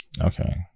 Okay